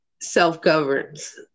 self-governance